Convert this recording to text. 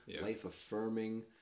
life-affirming